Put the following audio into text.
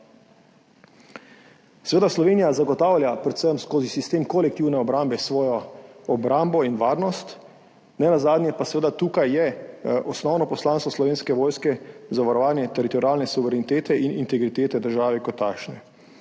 Slovenija zagotavlja predvsem skozi sistem kolektivne obrambe svojo obrambo in varnost. Nenazadnje pa je osnovno poslanstvo Slovenske vojske zavarovanje teritorialne suverenitete in integritete države kot takšne.